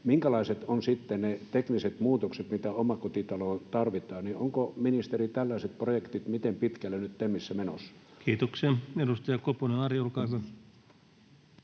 Minkälaiset ovat sitten ne tekniset muutokset, mitä omakotitaloon tarvitaan? Ovatko, ministeri, tällaiset projektit miten pitkällä nyt TEMissä menossa? [Speech 89] Speaker: